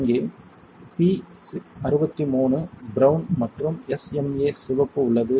இங்கே P63 brown மற்றும் SMA சிவப்பு உள்ளது